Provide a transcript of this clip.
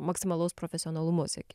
maksimalaus profesionalumo siekia